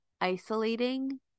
isolating